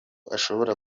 ashobora